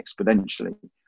exponentially